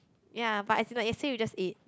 ya but as in like yesterday you just eat